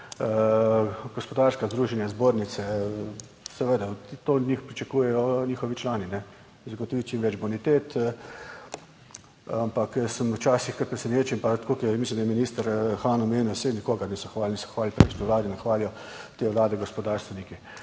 gospodarska združenja, zbornice seveda to od njih pričakujejo njihovi člani zagotoviti čim več bonitet, ampak sem včasih kar presenečen, pa tako kot je, mislim, da je minister Han omenil, saj nikogar niso hvalili, hvalil prejšnji vladi, ne hvalijo te vlade gospodarstveniki.